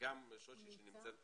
וגם שושי שנמצאת פה,